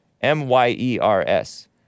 M-Y-E-R-S